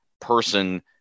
person